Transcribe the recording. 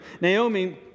Naomi